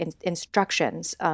instructions